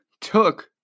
took